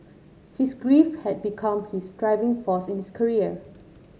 his grief had become his driving force in his career